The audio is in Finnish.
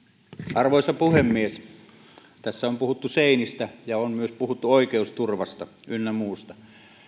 arvoisa puhemies tässä on puhuttu seinistä ja on myös puhuttu oikeusturvasta ynnä muusta